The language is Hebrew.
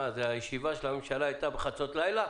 האם זה בגלל שהישיבה של הממשלה הייתה בחצות הלילה?